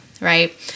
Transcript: right